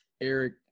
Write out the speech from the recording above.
Eric